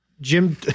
Jim